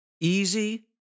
easy